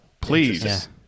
Please